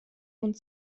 und